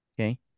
okay